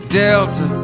delta